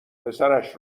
پسرش